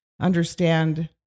understand